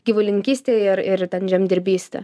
gyvulininkystė ir ir ten žemdirbystė